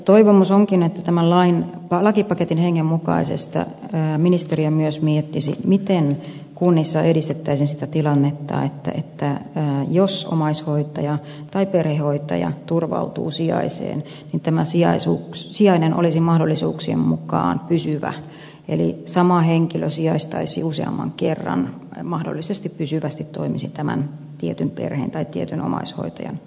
toivomus onkin että tämän lakipaketin hengen mukaisesti ministeriö myös miettisi miten kunnissa edistettäisiin sitä tilannetta että jos omaishoitaja tai perhehoitaja turvautuu sijaiseen niin tämä sijainen olisi mahdollisuuksien mukaan pysyvä eli sama henkilö sijaistaisi useamman kerran mahdollisesti pystyvästi toimisi tämän tietyn perheen tai tietyn omaishoitajan sijaisena